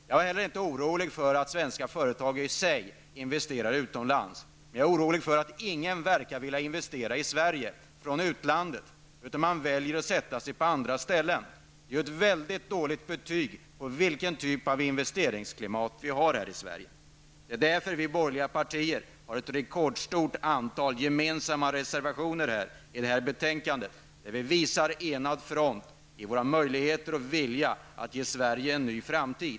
Jag är inte orolig för att svenska företag investerar utomlands, men jag är orolig för att ingen verkar vilja investera i Sverige från utlandet; man väljer andra ställen. Det är ett mycket dåligt betyg på den typ av investeringsklimat vi har här i Sverige. Det är därför som vi borgerliga partier har ett rekordstort antal gemensamma reservationer i det här betänkandet, där vi visar enad front i fråga om våra möjligheter och vår vilja att ge Sverige en ny framtid.